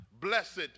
blessed